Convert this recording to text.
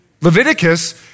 Leviticus